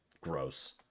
gross